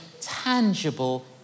tangible